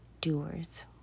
doers